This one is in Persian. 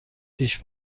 پیش